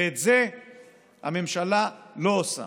ואת זה הממשלה לא עושה,